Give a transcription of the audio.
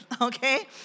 Okay